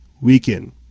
weekend